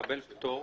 מקבל פטור,